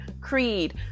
creed